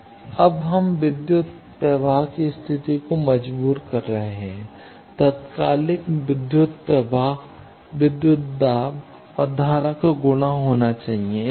अब हम विद्युत प्रवाह की स्थिति को मजबूर कर रहे हैं कि तात्कालिक विद्युत प्रवाह विद्युत दाब और धारा का गुणा होना चाहिए